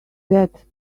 that